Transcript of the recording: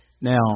Now